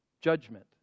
judgment